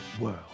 world